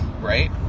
right